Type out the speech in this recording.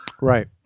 Right